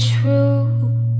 true